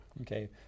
Okay